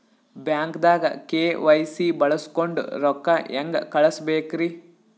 ಬ್ಯಾಂಕ್ದಾಗ ಕೆ.ವೈ.ಸಿ ಬಳಸ್ಕೊಂಡ್ ರೊಕ್ಕ ಹೆಂಗ್ ಕಳಸ್ ಬೇಕ್ರಿ?